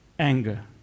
Anger